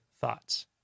thoughts